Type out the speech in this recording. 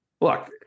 look